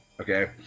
Okay